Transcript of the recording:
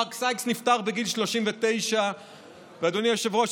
מרק סייקס נפטר בגיל 39. אדוני היושב-ראש,